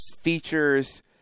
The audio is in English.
features